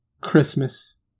Christmas